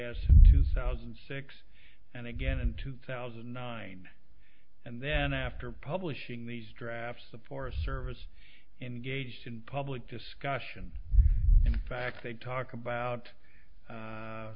s two thousand and six and again in two thousand and nine and then after publishing these drafts the forest service engaged in public discussion in fact they talk about